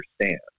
understand